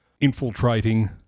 infiltrating